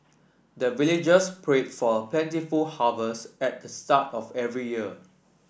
the villagers pray for plentiful harvest at the start of every year